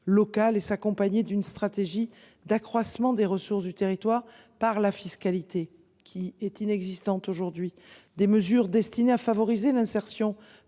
s’accompagner d’une stratégie d’accroissement des ressources du territoire par la fiscalité, qui est inexistante aujourd’hui, de mesures destinées à favoriser l’insertion